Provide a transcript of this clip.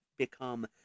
Become